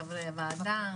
חברי הועדה,